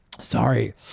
sorry